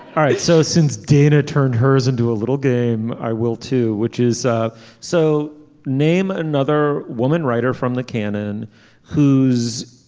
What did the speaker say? all right. so since dana turned hers into a little game i will too. which is ah so name another woman writer from the canon who's